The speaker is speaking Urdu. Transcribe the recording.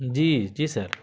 جی جی سر